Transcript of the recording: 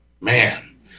Man